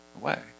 away